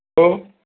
hello